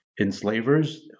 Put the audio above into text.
enslavers